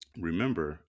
remember